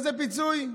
איזה פיצוי?